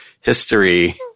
history